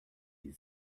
die